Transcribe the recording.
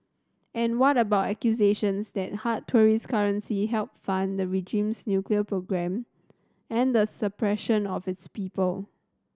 and what about accusations that hard tourist currency help fund the regime's nuclear program and the suppression of its people